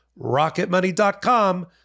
rocketmoney.com